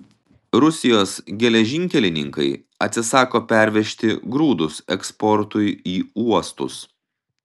rusijos geležinkelininkai atsisako pervežti grūdus eksportui į uostus